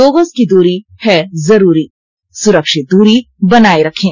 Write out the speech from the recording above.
दो गज की दूरी है जरूरी सुरक्षित दूरी बनाए रखें